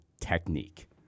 technique